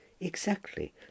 Exactly